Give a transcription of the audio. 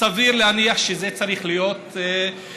סביר להניח שזה צריך להיות מקובל.